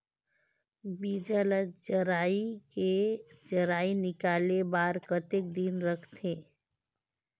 बीजा ला जराई निकाले बार कतेक दिन रखथे?